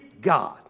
God